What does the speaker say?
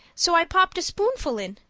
so i popped a spoonful in.